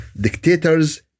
dictators